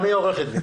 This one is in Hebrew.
גם היא עורכת דין.